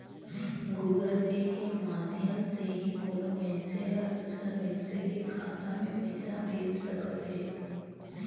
Google Pay के माधियम ले ही कोनो मइनसे हर दूसर मइनसे के खाता में पइसा भेज सकत हें